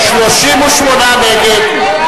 אין הסתייגות.